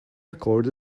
record